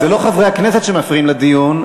זה לא חברי הכנסת שמפריעים לדיון,